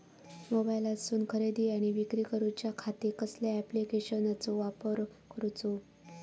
मोबाईलातसून खरेदी आणि विक्री करूच्या खाती कसल्या ॲप्लिकेशनाचो वापर करूचो?